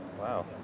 wow